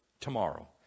tomorrow